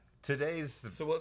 Today's